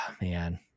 man